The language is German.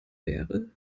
wäre